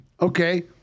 Okay